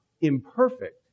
imperfect